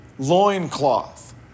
loincloth